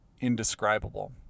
indescribable